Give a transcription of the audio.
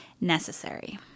necessary